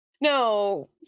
No